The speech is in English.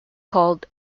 called